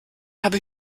habe